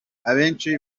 abenshi